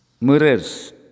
mirrors